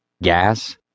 Gas